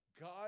God